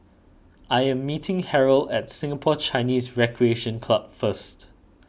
I am meeting Harrold at Singapore Chinese Recreation Club first